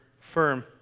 firm